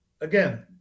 again